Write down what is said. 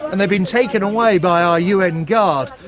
and they've been taken away by our un guard,